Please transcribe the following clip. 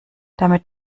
damit